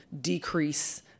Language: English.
decrease